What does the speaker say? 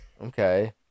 Okay